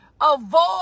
Avoid